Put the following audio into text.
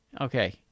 Okay